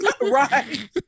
right